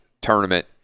tournament